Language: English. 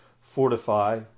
fortify